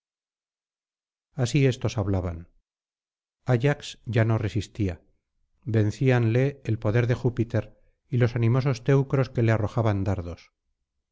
así éstos hablaban ayax ya no resistía vencíanle el poder de júpiter y los animosos teucros que le arrojaban dardos